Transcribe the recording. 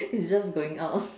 is just going out